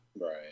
Right